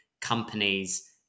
companies